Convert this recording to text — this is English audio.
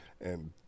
And-